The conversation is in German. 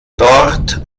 dort